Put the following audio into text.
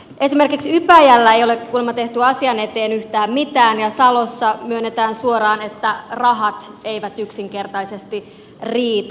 esimerkiksi ypäjällä ei ole kuulemma tehty asian eteen yhtään mitään ja salossa myönnetään suoraan että rahat eivät yksinkertaisesti riitä